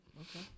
Okay